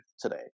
today